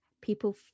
People